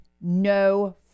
No